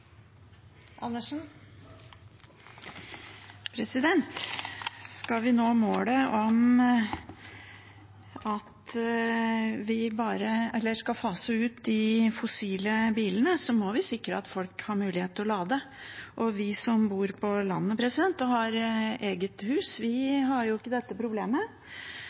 Skal vi nå målet om at vi skal fase ut de fossile bilene, må vi sikre at folk har mulighet til å lade. Vi som bor på landet og har eget hus, har ikke dette problemet.